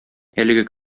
әлеге